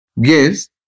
Yes